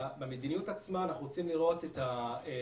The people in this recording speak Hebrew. במדיניות עצמה אנחנו רוצים לראות שני